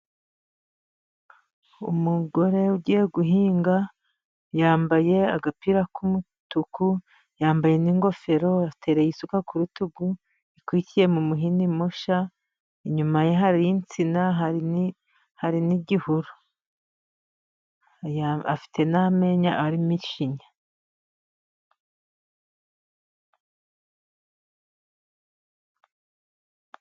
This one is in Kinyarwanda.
Umugore ugiye guhinga yambaye agapira k'umutuku, yambaye n'ingofero, atereye isuka ku rutugu ikwikiye mu muhini mushya, inyuma ye hari insina, hari n'igihuru, n'amenyo arimo ishinya.